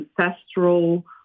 ancestral